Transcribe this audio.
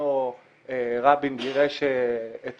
שבזמנו רבין גירש את